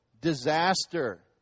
disaster